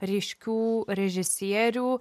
ryškių režisierių